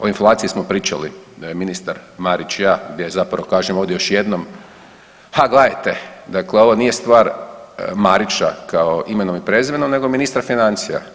O inflaciji smo pričali ministar Marić i ja gdje je zapravo kažem ovdje još jednom, ha gledajte dakle ovo nije stvar Marića kao imenom i prezimenom, nego ministra financija.